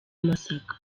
amasaka